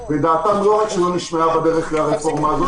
ודעתם לא רק שלא נשמעה בדרך לרפורמה הזאת